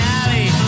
alley